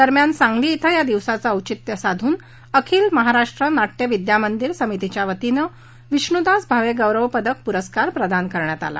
दरम्यान सांगली छिं या दिवसाचं औचित्य साधून अखिल महाराष्ट्र नाट्य विद्यामंदिर समितीच्या वतीने विष्णूदास भावे गौरव पदक पुरस्कार प्रदान करण्यात आला